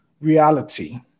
reality